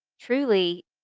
truly